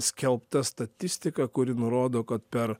skelbta statistika kuri nurodo kad per